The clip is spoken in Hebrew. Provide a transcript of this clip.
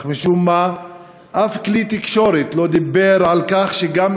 אך משום מה אף כלי תקשורת לא דיבר על כך שגם